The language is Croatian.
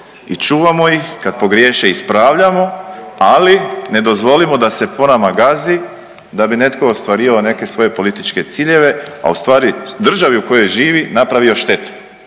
i čuvamo ih, kad pogriješe ispravljamo, ali ne dozvolimo da se po nama gazi da bi netko ostvario neke svoje političke ciljeve, a ustvari državi u kojoj živi napravio štetu.